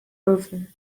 over